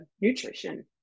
nutrition